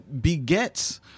begets